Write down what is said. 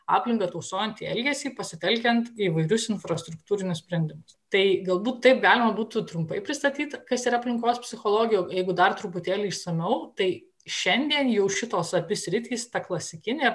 aplinką tausojantį elgesį pasitelkiant įvairius infrastruktūrinius sprendimus tai galbūt taip galima būtų trumpai pristatyti kas yra aplinkos psichologija jeigu dar truputėlį išsamiau tai šiandien jau šitos abi sritys ta klasikinė